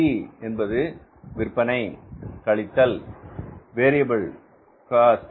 C என்பது விற்பனை கழித்தல் வேரியபில் காஸ்ட்